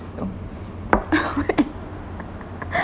though